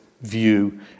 view